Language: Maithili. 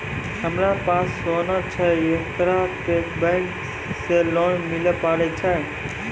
हमारा पास सोना छै येकरा पे बैंक से लोन मिले पारे छै?